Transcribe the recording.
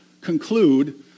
conclude